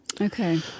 Okay